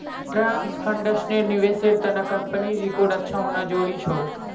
trust फंड्सेर निवेशेर त न कंपनीर रिकॉर्ड अच्छा होना जरूरी छोक